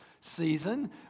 season